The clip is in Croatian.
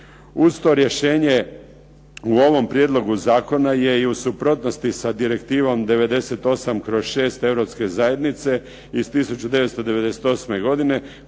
Uz to rješenje u ovom prijedlogu zakona je i u suprotnosti sa Direktivom 98/6 Europske zajednice iz 1998. godine